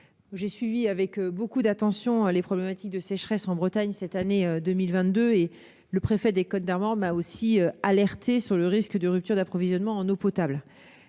j'ai suivi avec beaucoup d'attention les problématiques liées à la sécheresse en Bretagne en 2022. Le préfet des Côtes-d'Armor m'a alertée sur le risque de rupture d'approvisionnement en eau potable.